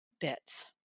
bits